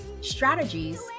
strategies